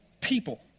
people